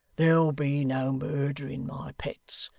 there'll be no murdering, my pets.